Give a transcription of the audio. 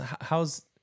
how's